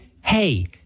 hey